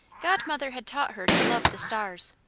godmother had taught her to love the stars.